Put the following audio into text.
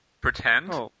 Pretend